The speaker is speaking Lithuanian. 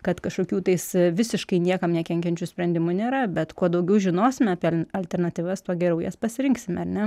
kad kažkokių tais visiškai niekam nekenkiančių sprendimų nėra bet kuo daugiau žinosime per alternatyvas tuo geriau jas pasirinksime ar ne